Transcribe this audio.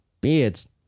Beards